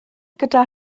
gyda